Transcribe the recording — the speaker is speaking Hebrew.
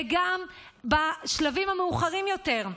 וגם בשלבים המאוחרים יותר.